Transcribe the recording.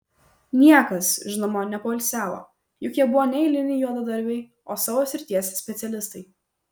niekas žinoma nepoilsiavo juk jie buvo ne eiliniai juodadarbiai o savo srities specialistai